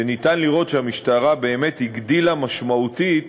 שניתן לראות שהמשטרה באמת הגדילה משמעותית